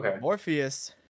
Morpheus